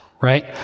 right